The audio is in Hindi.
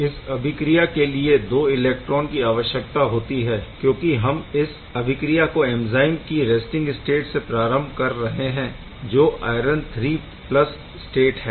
इस अभिक्रिया के लिए 2 इलेक्ट्रॉन की आवश्यकता होती है क्योंकि हम इस अभिक्रिया को एंज़ाइम की रेस्टिंग स्टेट से प्रारम्भ कर रहे है जो आयरन III स्टेट है